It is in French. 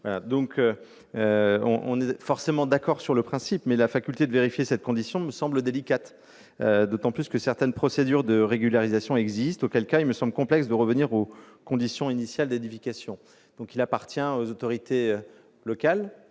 On ne peut qu'être d'accord sur le principe, mais la faculté de vérifier une telle condition me semble délicate, d'autant plus que certaines procédures de régularisation existent, auquel cas il me semble complexe de revenir aux conditions initiales d'édification. Il appartient aux autorités locales